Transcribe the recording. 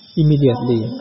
immediately